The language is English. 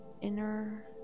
inner